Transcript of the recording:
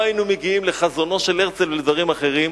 לא היינו מגיעים לחזונו של הרצל ולדברים אחרים.